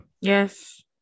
Yes